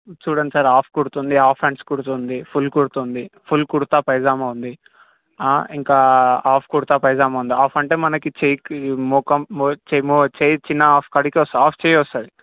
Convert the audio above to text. చూడండి sir half కుడుతుంది half hands కుడుతుంది ఫుల్ కుడుతుంది ఫుల్ కుర్తా పైజామా ఉంది ఇంకా హాఫ్ కుర్తా పైజామా ఉంది హాఫ్ అంటే మనకి చేయికి మొఖం మోచేయి మోచేయి చిన్న హాఫ్ కాడికి హాఫ్ చెయ్యి వస్తుంది